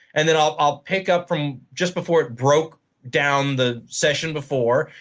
and then i'll i'll pick up from just before it broke down the session before,